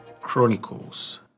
chronicles